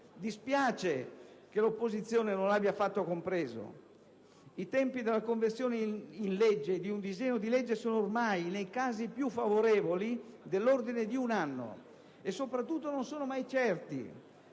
dispiace che l'opposizione non l'abbia affatto compreso. I tempi per l'approvazione di un disegno di legge sono ormai, nei casi più favorevoli, dell'ordine di un anno e, sopratutto, non sono mai certi.